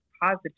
positive